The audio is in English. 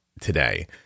today